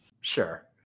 Sure